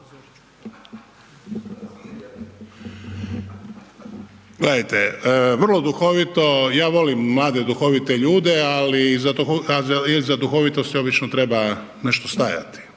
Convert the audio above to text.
Gledajte vrlo duhovito, ja volim mlade duhovite ljude, ali iza duhovitost obično treba nešto stajati.